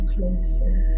closer